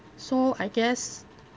so I guess